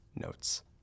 notes